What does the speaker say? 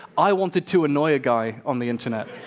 i wanted to annoy a guy on the internet.